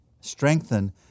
Strengthen